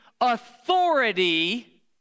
authority